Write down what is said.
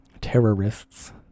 terrorists